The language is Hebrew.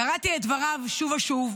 קראתי את דבריו שוב ושוב,